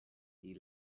the